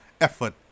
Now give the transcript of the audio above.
effort